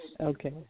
Okay